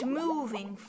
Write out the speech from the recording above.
moving